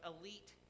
elite